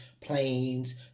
planes